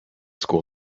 school